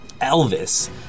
Elvis